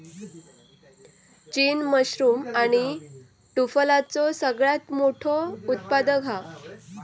चीन मशरूम आणि टुफलाचो सगळ्यात मोठो उत्पादक हा